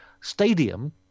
stadium